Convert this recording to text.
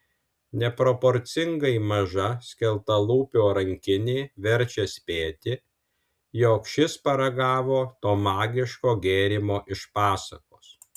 neproporcingai maža skeltalūpio rankinė verčia spėti jog šis paragavo to magiško gėrimo iš pasakos